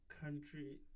country